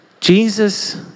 Jesus